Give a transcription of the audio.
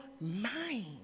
mind